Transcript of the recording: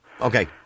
Okay